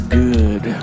good